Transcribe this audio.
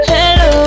Hello